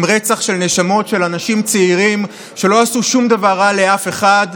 הם רצח של נשמות של אנשים צעירים שלא עשו שום דבר רע לאף אחד,